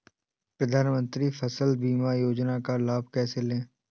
प्रधानमंत्री फसल बीमा योजना का लाभ कैसे लें?